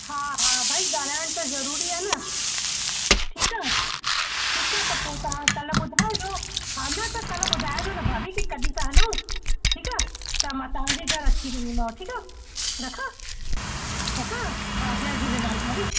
हा हा भई ॻाल्हाइण त ज़रूरी आहे न ठीकु आहे ठीकु आहे त पोइ तव्हां कल्ह ॿुधाइजो हा न त कल्ह ॿुधाइजो न भाभी की कॾहिं था हलूं ठीकु आहे त मां तव्हांजे घर अची वेंदीमांव ठीकु आहे रखां रखां हा जय झूलेलाल भाभी